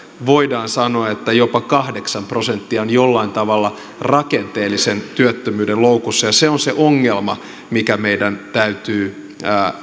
voidaan sanoa että jopa kahdeksan prosenttia on jollain tavalla rakenteellisen työttömyyden loukussa se on se ongelma mikä meidän täytyy